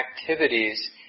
activities